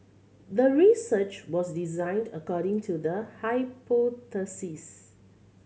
the research was designed according to the hypothesis